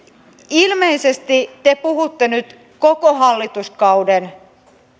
ilmeisesti te puhutte nyt koko hallituskauden